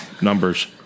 Numbers